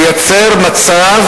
לייצר מצב